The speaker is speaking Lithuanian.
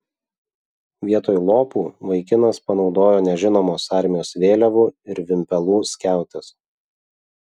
vietoj lopų vaikinas panaudojo nežinomos armijos vėliavų ir vimpelų skiautes